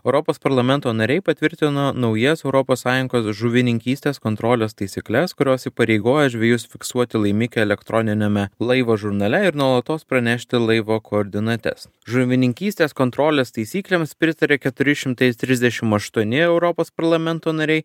europos parlamento nariai patvirtino naujas europos sąjungos žuvininkystės kontrolės taisykles kurios įpareigoja žvejus fiksuoti laimikį elektroniniame laivo žurnale ir nuolatos pranešti laivo koordinates žuvininkystės kontrolės taisyklėms pritarė keturi šimtai trisdešim aštuoni europos parlamento nariai